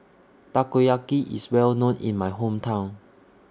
Takoyaki IS Well known in My Hometown